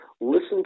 listen